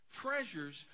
Treasures